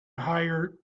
hire